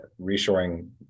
reshoring